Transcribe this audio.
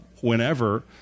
whenever